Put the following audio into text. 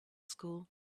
school